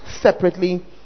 separately